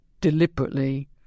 deliberately